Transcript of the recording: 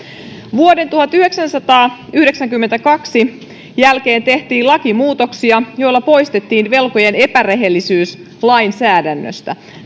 vuoden tuhatyhdeksänsataayhdeksänkymmentäkaksi jälkeen tehtiin lakimuutoksia joilla poistettiin velkojien epärehellisyys lainsäädännöstä